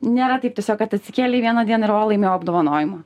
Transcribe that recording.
nėra taip tiesiog kad atsikėlei vieną dieną ir o laimėjau apdovanojimą